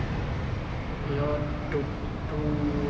you know to to